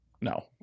No